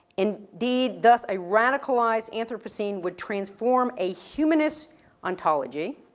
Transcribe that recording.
indeed, thus, a radicalized anthropocene would transform a humanist ontology,